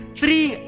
three